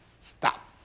Stop